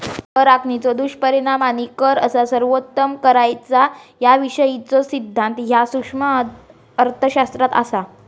कर आकारणीचो दुष्परिणाम आणि कर कसा सर्वोत्तम करायचा याविषयीचो सिद्धांत ह्या सूक्ष्म अर्थशास्त्रात असा